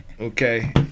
Okay